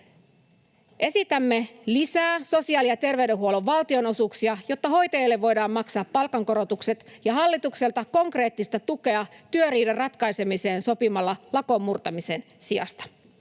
Esitämme lisää sosiaali- ja terveydenhuollon valtionosuuksia, jotta hoitajille voidaan maksaa palkankorotukset, ja hallitukselta konkreettista tukea työriidan ratkaisemiseen sopimalla lakon murtamisen sijasta.